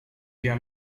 via